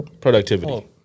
Productivity